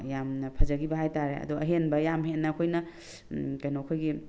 ꯌꯥꯝꯅ ꯐꯖꯈꯤꯕ ꯍꯥꯏꯇꯥꯔꯦ ꯑꯗꯣ ꯑꯍꯦꯟꯕ ꯌꯥꯝ ꯍꯦꯟꯅ ꯑꯩꯈꯣꯏꯅ ꯀꯩꯅꯣ ꯑꯩꯈꯣꯏꯒꯤ